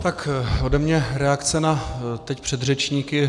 Tak ode mě reakce na teď předřečníky.